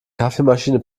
kaffeemaschine